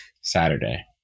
Saturday